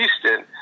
Houston